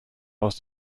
aus